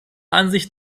ansicht